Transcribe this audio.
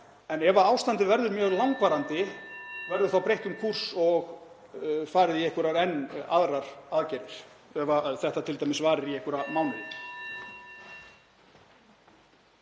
Ef ástandið verður mjög langvarandi verður þá breytt um kúrs og farið í einhverjar enn aðrar aðgerðir, ef þetta varir t.d. í einhverja mánuði?